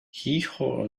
heehaw